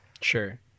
sure